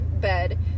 bed